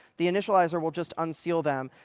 the initializer will just unseal them.